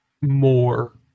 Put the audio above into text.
more